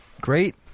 great